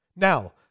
Now